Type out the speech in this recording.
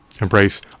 embrace